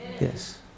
Yes